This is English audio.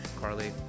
Carly